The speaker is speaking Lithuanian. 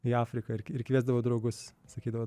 į afriką ir ir kviesdavau draugus sakydavau